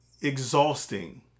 exhausting